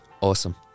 awesome